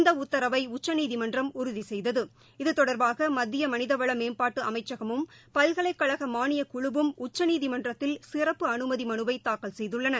இந்த உத்தரவை உச்சநீதிமன்றம் உறுதி செய்யதது இது தொடர்பாக மத்திய மனிதவள மேம்பாட்டுஅமைச்சகமும் பல்கலை கழக மாளியக்குழுவும் உச்சநீதிமன்றத்தில் சிறப்பு அனுமதி மனுவை தாக்கல் செய்துள்ளன